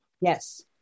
Yes